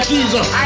Jesus